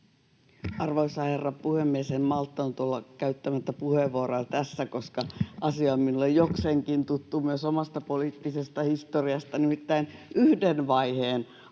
Arvoisa herra puhemies! En malttanut olla käyttämättä puheenvuoroa tässä, koska asia on minulle jokseenkin tuttu myös omasta poliittisesta historiastani. Nimittäin yksi vaihe asp-lainan